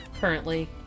currently